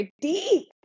deep